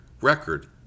record